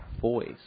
voice